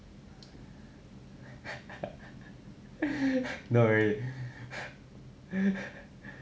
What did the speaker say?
no really